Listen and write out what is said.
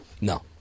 No